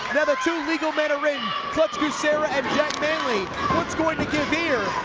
now the two legal men are in. clutch kucera and jack manly what's going to give here?